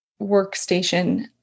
workstation